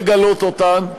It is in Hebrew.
לגלות אותן,